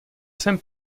jsem